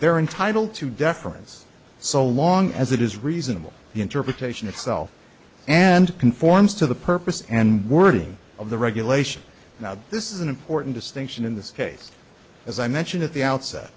they're entitled to deference so long as it is reasonable the interpretation itself and conforms to the purpose and wording of the regulation now this is an important distinction in this case as i mentioned at the outset